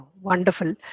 Wonderful